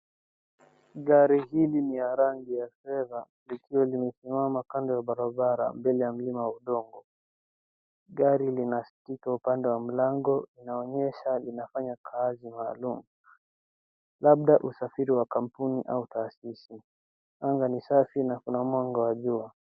Gari hili ni ya rangi ya fedha likiwa limesimama kando ya barabara mbele ya mlima wa udongo. Gari lina stika upande wa mlango inaonyesha lina fanya kazi maalum, labda usafiri wa kampuni au taasisi. Anga ni safi na kuna mwanga wa jua.